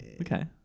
Okay